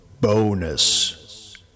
bonus